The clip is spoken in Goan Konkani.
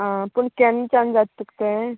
आं पूण केन्नच्यान जाता तुका तें